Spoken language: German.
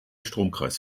stromkreis